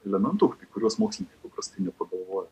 elementų apie kuriuos mokslininkai paprastai nepagalvoja